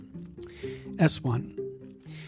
S1